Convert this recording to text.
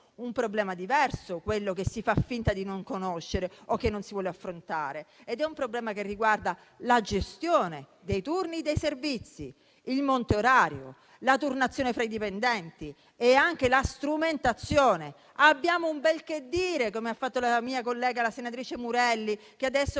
un problema diverso quello che si fa finta di non conoscere o non si vuole affrontare. È un problema che riguarda la gestione dei turni e dei servizi, il monte orario, la turnazione fra i dipendenti e anche la strumentazione. Abbiamo un bel dire - come ha fatto la mia collega, senatrice Murelli - che adesso facciamo